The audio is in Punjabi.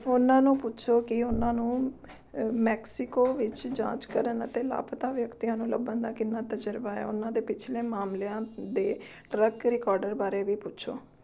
ਉਹਨਾਂ ਨੂੰ ਪੁੱਛੋ ਕਿ ਉਹਨਾਂ ਨੂੰ ਮੈਕਸੀਕੋ ਵਿੱਚ ਜਾਂਚ ਕਰਨ ਅਤੇ ਲਾਪਤਾ ਵਿਅਕਤੀਆਂ ਨੂੰ ਲੱਭਣ ਦਾ ਕਿੰਨਾ ਤਜ਼ਰਬਾ ਹੈ ਉਹਨਾਂ ਦੇ ਪਿਛਲੇ ਮਾਮਲਿਆਂ ਦੇ ਟਰੱਕ ਰਿਕੋਡਰ ਬਾਰੇ ਵੀ ਪੁੱਛੋ